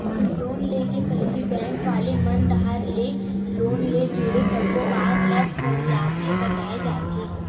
loan ले के पहिली बेंक वाले मन डाहर ले लोन ले जुड़े सब्बो बात ल फरियाके बताए जाथे